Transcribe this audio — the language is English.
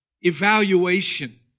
evaluation